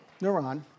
neuron